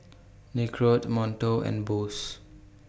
Nicorette Monto and Bose